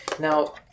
Now